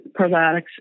probiotics